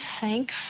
thank